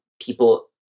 people